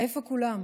איפה כולם?